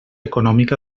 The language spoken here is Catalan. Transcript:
econòmica